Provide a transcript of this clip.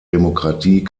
demokratie